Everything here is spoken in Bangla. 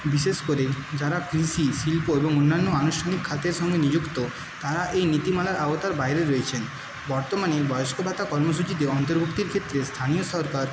বিশেষ করে যারা কৃষি শিল্প ও অন্যান্য আনুষ্ঠানিক খাদ্যের সঙ্গে নিযুক্ত তাঁরা এই নীতিমালার আওতার বাইরে রয়েছেন বর্তমানে বয়স্ক ভাতা কর্মসূচিতে অন্তর্ভুক্তির ক্ষেত্রে স্থানীয় সরকার